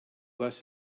less